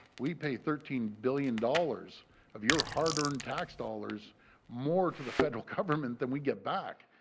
we pay thirteen billion dollars of your hard earned tax dollars more to the federal government that we get back.